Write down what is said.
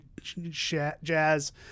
jazz